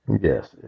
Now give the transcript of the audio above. Yes